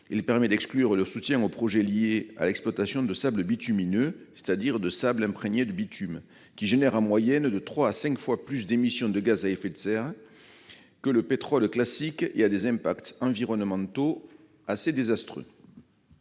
à exclure le soutien aux projets liés à l'exploitation de sables bitumineux, c'est-à-dire de sables imprégnés de bitume, exploitation qui génère en moyenne de trois à cinq fois plus d'émissions de gaz à effet de serre que celle du pétrole classique et a des impacts environnementaux désastreux.